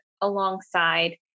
alongside